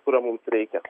kurio mums reikia